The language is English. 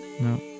no